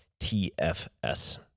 TFS